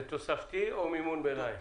זה תוספתי או מימון ביניים?